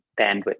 bandwidth